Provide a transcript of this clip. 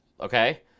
Okay